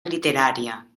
literària